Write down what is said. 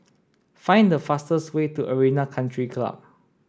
find the fastest way to Arena Country Club